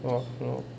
well you know